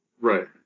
Right